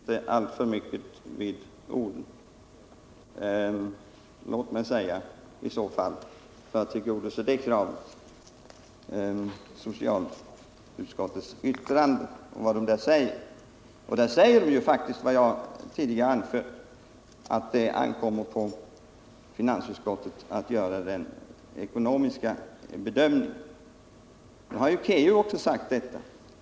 Herr talman! Tyckande eller inte — fäst er inte alltför mycket vid ordvalet, Kjell-Olof Feldt! Socialutskottet säger faktiskt i sitt yttrande att det ankommer på finansutskottet att göra den ekonomiska bedömningen. Också KEU har sagt detta.